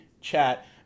chat